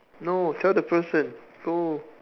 no tell the person go